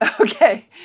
okay